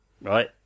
right